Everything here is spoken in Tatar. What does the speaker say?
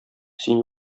син